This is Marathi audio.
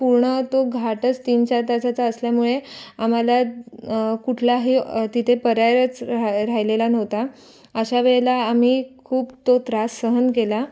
पूर्ण तो घाटच तीनचार तासाचा असल्यामुळे आम्हाला कुठलाही तिथे पर्यायच राहाय राहिलेला नव्हता अशा वेळेला आम्ही खूप तो त्रास सहन केला